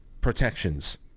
protections